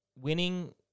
winning